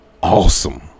awesome